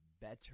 better